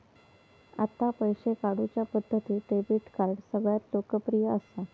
आता पैशे काढुच्या पद्धतींत डेबीट कार्ड सगळ्यांत लोकप्रिय असा